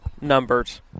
numbers